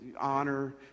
honor